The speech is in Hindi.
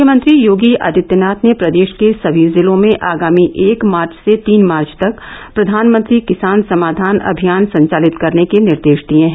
मुख्यमंत्री योगी आदित्यनाथ ने प्रदेश के सभी जिलों में आगामी एक मार्च से तीन मार्च तक प्रधानमंत्री किसान समाधान अभियान संचालित करने के निर्देश दिए हैं